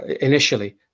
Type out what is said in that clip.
initially